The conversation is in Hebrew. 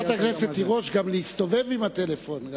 חברת הכנסת תירוש, גם להסתובב עם הטלפון.